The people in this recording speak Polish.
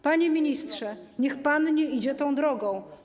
Panie ministrze, niech pan nie idzie tą drogą.